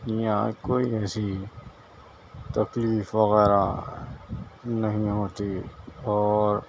یہاں کوئی ایسی تکلیف وغیرہ نہیں ہوتی اور